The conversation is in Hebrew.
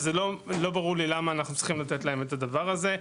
וזה לא ברור לי למה אנחנו צריכים לתת להם את הדבר הזה.